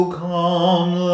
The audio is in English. come